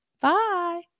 Bye